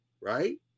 right